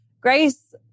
Grace